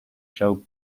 show